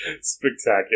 Spectacular